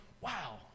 wow